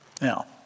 Now